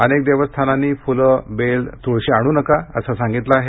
अनेक देवस्थानांनी फुलं बेल तुळशी आणू नका असं सांगितलं आहे